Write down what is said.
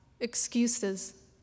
excuses